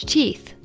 teeth